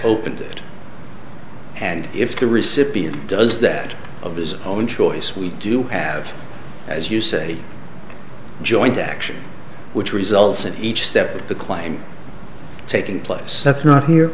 opened it and if the recipient does that of his own choice we do have as you say joint action which results in each step of the claim taking place that's not here